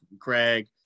craig